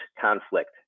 conflict